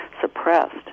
suppressed